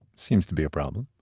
seems to be a problem